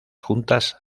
juntas